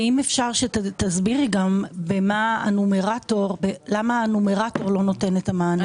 ואם אפשר שתסבירי גם למה הנומרטור לא נותן את המענה.